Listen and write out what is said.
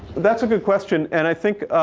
that's a good question. and i think,